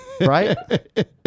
Right